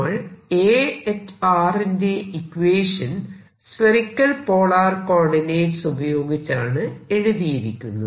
നമ്മൾ Ar ന്റെ equation spherical polar coordinates ഉപയോഗിച്ചാണ് എഴുതിയിരിക്കുന്നത്